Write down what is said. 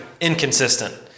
inconsistent